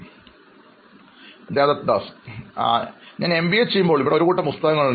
അഭിമുഖം സ്വീകരിക്കുന്നയാൾ ഞാൻ വളർന്നപ്പോൾ എംബിഎ ചെയ്യുമ്പോൾ ഇവിടെ ഒരു കൂട്ടം പുസ്തകങ്ങളുണ്ട്